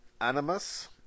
Animus